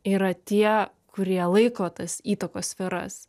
yra tie kurie laiko tas įtakos sferas